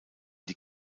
die